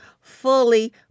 Fully